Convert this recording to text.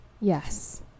yes